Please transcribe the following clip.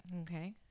Okay